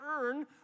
earn